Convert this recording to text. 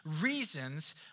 reasons